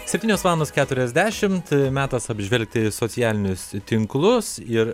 septynios valandos keturiasdešim metas apžvelgti socialinius tinklus ir